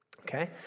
Okay